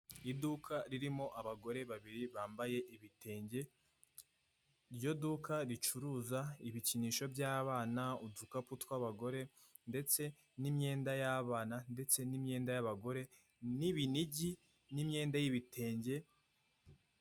Iduka ririmo abagore babiri bambaye ibitenge, iryo duka ricuruza ibikinisho byabana, udukapu tw'abagore, ndetse n'imyenda y'abana, ndetse n'imyenda y'abagore, n'ibinigi n'imyenda y'ibitenge.